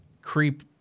creep